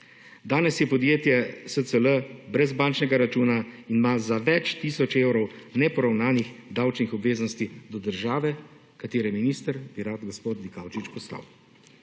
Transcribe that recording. Danes je podjetje SCL brez bančnega računa in ima za več tisoč evrov neporavnanih davčnih obveznosti do države, katere minister bi rad gospod Dikaučič postal.